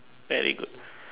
very good